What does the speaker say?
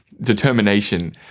determination